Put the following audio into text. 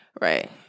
Right